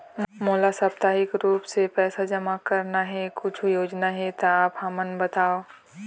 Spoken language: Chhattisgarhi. मोला साप्ताहिक रूप से पैसा जमा करना हे, कुछू योजना हे त आप हमन बताव?